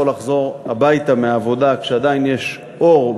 לחזור הביתה מהעבודה כשעדיין יש אור,